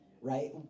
Right